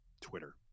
twitter